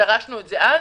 דרשנו את זה אז.